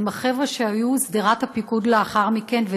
הם החבר'ה שהיו שדרת הפיקוד לאחר מכן,